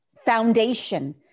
foundation